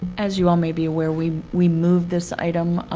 as you all may be aware, we we moved this item,